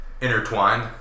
intertwined